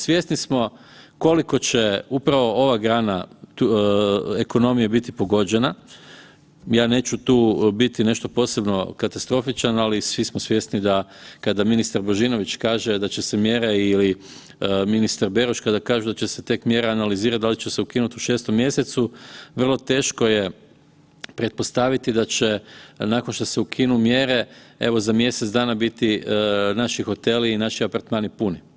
Svjesni smo koliko će upravo ova grana ekonomije biti pogođena, ja neću tu biti nešto posebno katastrofičan, ali svi smo svjesni kada ministar Božinović kaže da će se mjere ili ministar Beroš kada kažu da će se tijek mjera analizirat da li će se ukinuti u 6. Mjesecu vrlo teško je pretpostaviti da će nakon što se ukinu mjere evo za mjesec dana naši hoteli i naši apartmani puni.